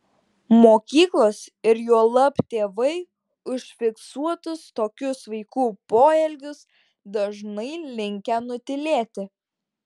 mokyklos ir juolab tėvai užfiksuotus tokius vaikų poelgius dažnai linkę nutylėti